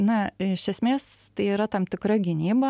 na iš esmės tai yra tam tikra gynyba